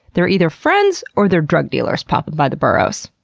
they're either friends, or they're drug dealers poppin' by the burrows.